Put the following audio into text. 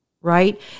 right